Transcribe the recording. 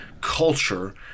culture